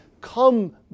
come